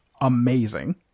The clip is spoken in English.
amazing